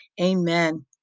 Amen